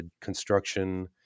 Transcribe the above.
construction